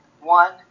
one